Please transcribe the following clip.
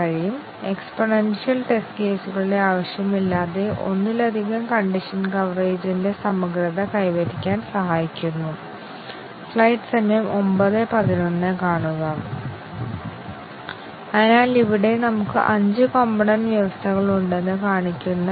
condition decision കവറേജിനായി test കേസുകൾ condition coverage നേടുന്നതിന് ഞങ്ങൾ ഓഗ്മെന്റ് ചെയ്യേണ്ടതുണ്ട്